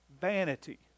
vanity